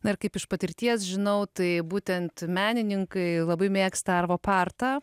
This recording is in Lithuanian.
na ir kaip iš patirties žinau tai būtent menininkai labai mėgsta arba partą